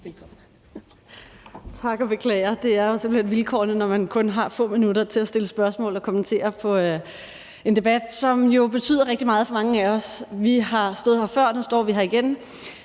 Tak, og jeg beklager. Det er jo simpelt hen vilkårene, når man kun har få minutter til at stille spørgsmål og kommentere på en debat, som betyder rigtig meget for mange af os. Vi har stået her før, og nu står vi her igen.